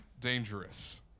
dangerous